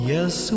Yes